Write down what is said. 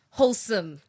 wholesome